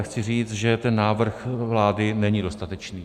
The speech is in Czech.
Chci ale říct, že ten návrh vlády není dostatečný.